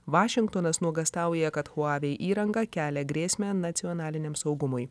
vašingtonas nuogąstauja kad huawei įranga kelia grėsmę nacionaliniam saugumui